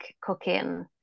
cooking